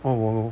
哦我我